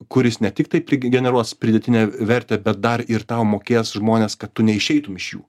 kuris ne tik taip prigi generuos pridėtinę vertę bet dar ir tau mokės žmones kad tu neišeitumei iš jų